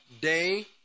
day